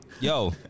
Yo